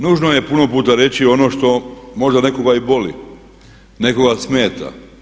Nužno je puno puta reći ono što možda nekoga i boli, nekoga smeta.